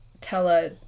Tella